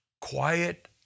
quiet